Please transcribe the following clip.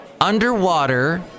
underwater